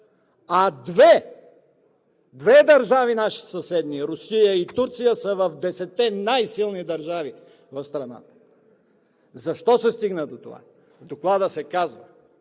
А две държави, наши съседни – Русия и Турция, са в 10-те най-силни държави в страната. Защо се стигна до това? В Доклада се казва: